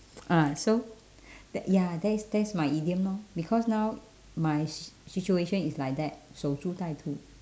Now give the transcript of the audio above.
ah so tha~ ya that is that is my idiom lor because now my s~ situation is like that 守株待兔